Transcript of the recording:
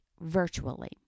virtually